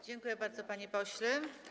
Dziękuję bardzo, panie pośle.